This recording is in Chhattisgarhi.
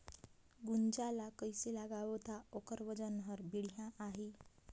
गुनजा ला कइसे लगाबो ता ओकर वजन हर बेडिया आही?